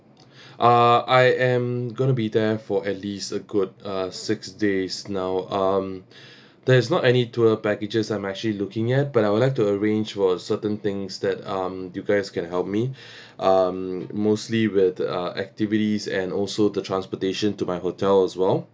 uh I am going to be there for at least a good uh six days now um there is not any tour packages I'm actually looking at but I would like to arrange for a certain things that um you guys can help me um mostly where the uh activities and also the transportation to my hotel as well